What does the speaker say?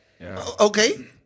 Okay